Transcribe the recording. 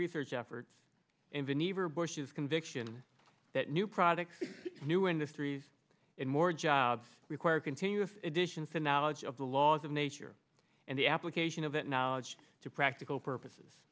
research efforts in the never bush's conviction that new products new industries and more jobs require continuous additions to knowledge of the laws of nature and the application of that knowledge to practical purposes